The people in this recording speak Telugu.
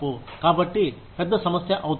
కాబట్టి పెద్ద సమస్య అవుతుంది